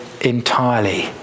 entirely